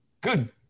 good